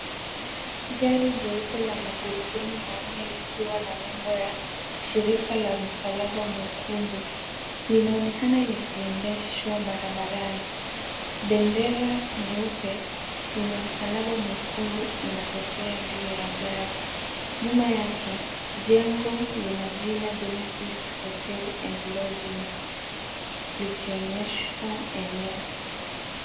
Gari jeupe la magurudumu manne likiwa na nembo ya shirika la msalaba mwekundu, linaonekana likiendeshwa barabarani. Bendera nyeupe, yenye msalaba mwekundu inapepea juu ya gari. Nyuma yake, jengo lina jina Genesis Hotel & Lodgings, likionyesha eneo.